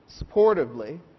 supportively